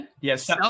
Yes